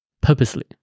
purposely